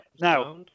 Now